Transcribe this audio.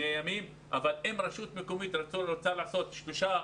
יומיים לימודים אבל אם רשות מקומית רוצה לתת שלושה,